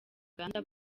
uganda